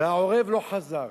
והעורב לא חזר.